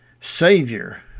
Savior